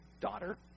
daughter